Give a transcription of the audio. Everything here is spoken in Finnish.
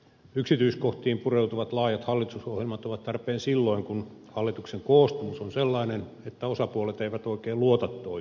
yksityiskohtiin pureutuvat laajat hallitusohjelmat ovat tarpeen silloin kun hallituksen koostumus on sellainen että osapuolet eivät oikein luota toisiinsa